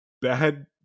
bad